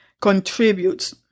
contributes